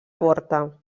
porta